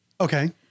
Okay